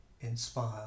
inspire